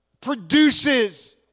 produces